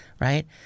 Right